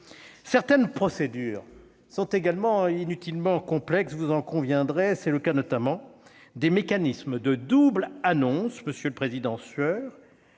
Certaines procédures sont également inutilement complexes, vous en conviendrez. C'est le cas, notamment, des mécanismes de « double annonce », monsieur Sueur,